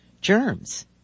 germs